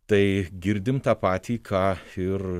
tai girdim tą patį ką ir